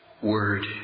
word